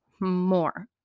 more